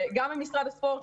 וגם ממשרד הספורט,